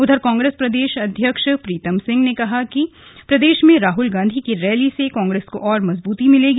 उधर कांग्रेस प्रदेश अध्यक्ष प्रीतम सिंह ने कहा कि प्रदेश में राहुल गांधी की रैली से कांग्रेस को और मजबूती मिलेगी